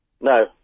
No